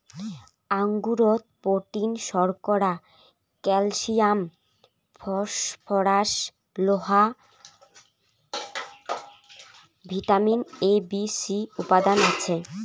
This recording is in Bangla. আঙুরত প্রোটিন, শর্করা, ক্যালসিয়াম, ফসফরাস, লোহা, ভিটামিন এ, বি, সি উপাদান আছে